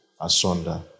asunder